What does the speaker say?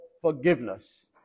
forgiveness